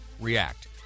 react